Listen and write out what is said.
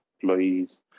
employees